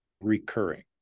recurring